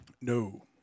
No